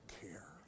care